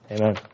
Amen